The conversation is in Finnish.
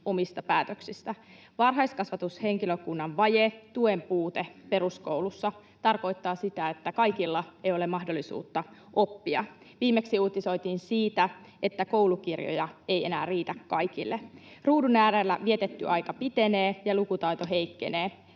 omista päätöksistä. Varhaiskasvatushenkilökunnan vaje ja tuen puute peruskoulussa tarkoittavat sitä, että kaikilla ei ole mahdollisuutta oppia. Viimeksi uutisoitiin siitä, että koulukirjoja ei enää riitä kaikille. Ruudun äärellä vietetty aika pitenee, ja lukutaito heikkenee.